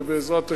ובעזרת השם,